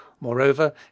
Moreover